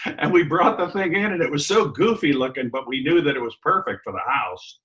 and we brought the thing in, and it was so goofy looking but we knew that it was perfect for the house.